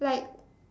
like